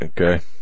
Okay